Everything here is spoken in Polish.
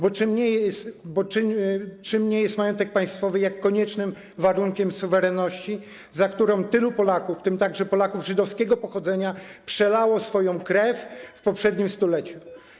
Bo czym innym jest majątek państwowy, jak koniecznym warunkiem suwerenności, za którą tylu Polaków, w tym także Polaków żydowskiego pochodzenia, przelało swoją krew w poprzednim stuleciu?